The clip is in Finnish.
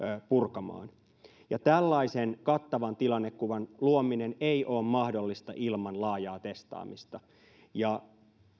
purkamaan tällaisen kattavan tilannekuvan luominen ei ole mahdollista ilman laajaa testaamista ja